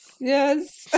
Yes